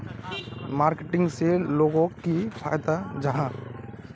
Marketing से लोगोक की फायदा जाहा?